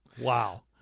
Wow